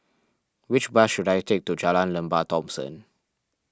which bus should I take to Jalan Lembah Thomson